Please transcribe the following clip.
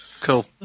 Cool